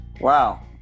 Wow